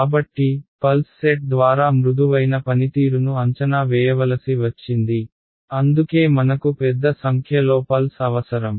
కాబట్టి pulse set ద్వారా మృదువైన పనితీరును అంచనా వేయవలసి వచ్చింది అందుకే మనకు పెద్ద సంఖ్యలో పల్స్ అవసరం